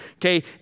okay